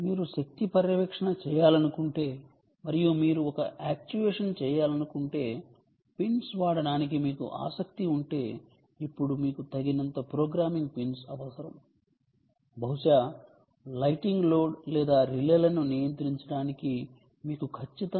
మీరు శక్తి పర్యవేక్షణ చేయాలనుకుంటే మరియు మీరు ఒక యాక్చుయేషన్ చేయాలనుకుంటే పిన్స్ వాడటానికి మీకు ఆసక్తి ఉంటే ఇప్పుడు మీకు తగినంత ప్రోగ్రామింగ్ పిన్స్ అవసరం బహుశా లైటింగ్ లోడ్ లేదా relay లను నియంత్రించడానికి మీకు ఖచ్చితంగా అనేక GPIO లైన్ లు అవసరం